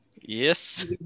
Yes